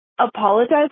apologize